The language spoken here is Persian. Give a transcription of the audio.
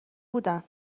بودن